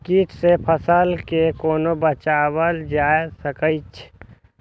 कीट से फसल के कोना बचावल जाय सकैछ?